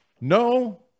No